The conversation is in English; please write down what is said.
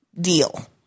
deal